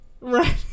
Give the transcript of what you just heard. Right